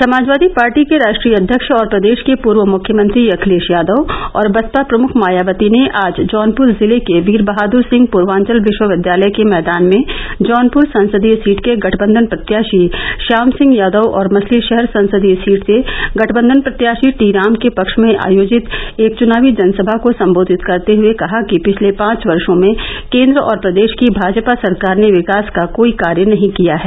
Samajwadi party के राष्ट्रीय अध्यक्ष और प्रदेश के पूर्व मुख्यमंत्री अखिलेश यादव और बसपा प्रमुख मायावती ने आज जौनपुर जिले के वीर बहादुर सिंह पूर्वांचल विश्व विद्यालय के मैदान में जौनपुर संसदीय सीट के गठबंधन प्रत्याशी श्याम सिंह यादव और मछलीशहर संसदीय सीट से गठबंधन प्रत्याशी टी राम के पक्ष में आयोजित एक चुनावी जनसभा को संबोधित करते हुए उन्होंने कहा कि पिछले पांच वर्षो में केंद्र और प्रदेश की भाजपा सरकार ने विकास का कोई कार्य नहीं किया है